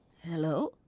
Hello